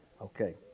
Okay